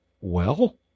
Well